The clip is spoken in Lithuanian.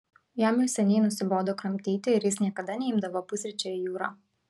jam jau seniai nusibodo kramtyti ir jis niekada nebeimdavo pusryčių į jūrą